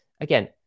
again